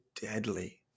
deadly